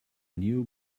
new